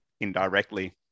indirectly